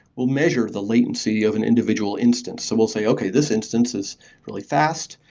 we'll measure the latency of an individual instance. so we'll say, okay, this instance is really fast.